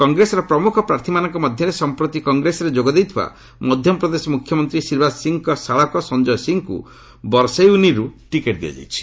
କଂଗ୍ରେସର ପ୍ରମୁଖ ପ୍ରାର୍ଥୀମାନଙ୍କ ମଧ୍ୟରେ ସମ୍ପ୍ରତି କଂଗ୍ରେସରେ ଯୋଗ ଦେଇଥିବା ମଧ୍ୟପ୍ରଦେଶ ମ୍ରଖ୍ୟମନ୍ତ୍ରୀ ଶିବରାଜ ସିଂଙ୍କ ଶାଳକ ସଞ୍ଜୟ ସିଂଙ୍କୁ ବରସେଉନିରୁ ଟିକେଟ୍ ଦିଆଯାଇଛି